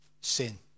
sin